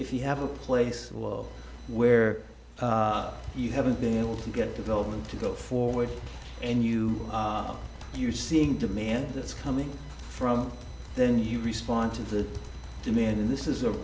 if you have a place where you haven't been able to get development to go forward and you are you seeing demand that's coming from then you respond to the demand in this is a